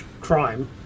crime